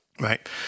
Right